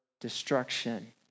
destruction